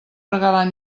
regalar